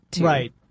Right